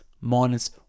minus